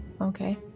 Okay